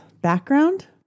background